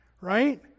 Right